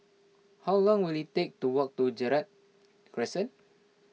how long will it take to walk to Gerald Crescent